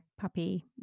puppy